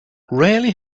rarely